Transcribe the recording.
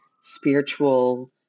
spiritual